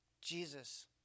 Jesus